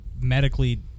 medically